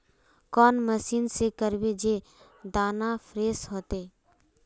कौन मशीन से करबे जे दाना फ्रेस होते?